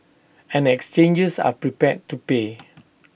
and exchanges are prepared to pay